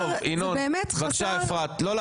ינון, רגע, לא.